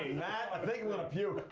matt, i think i'm gonna puke.